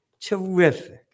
Terrific